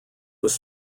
was